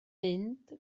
mynd